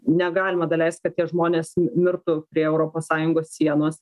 negalima daleist kad tie žmonės mirtų prie europos sąjungos sienos